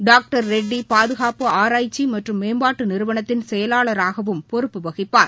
doctor Reddy பாதுகாப்பு ஆராய்க்சி மற்றும் மேம்பாட்டு நிறுவனத்தின் செயலாளராகவும் பொறுப்பு வகிப்பார்